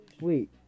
Wait